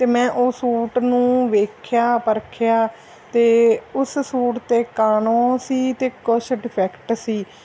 ਅਤੇ ਮੈਂ ਉਸ ਸੂਟ ਨੂੰ ਵੇਖਿਆ ਪਰਖਿਆ ਅਤੇ ਉਸ ਸੂਟ 'ਤੇ ਕਾਣੋ ਸੀ ਅਤੇ ਕੁਛ ਡਿਫੈਕਟ ਸੀ